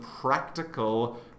practical